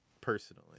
personally